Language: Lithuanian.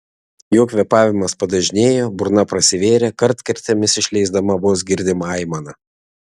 jo kvėpavimas padažnėjo burna prasivėrė kartkartėmis išleisdama vos girdimą aimaną